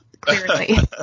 Clearly